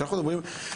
שנייה.